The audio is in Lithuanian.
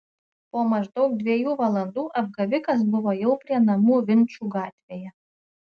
po maždaug dviejų valandų apgavikas buvo jau prie namų vinčų gatvėje